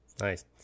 nice